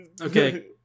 Okay